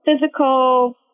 physical